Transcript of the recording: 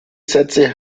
sätze